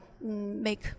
make